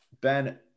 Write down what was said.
Ben